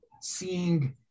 seeing